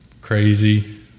crazy